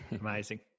Amazing